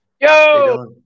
Yo